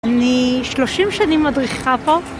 אני שלושים שנים מדריכה פה.